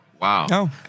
Wow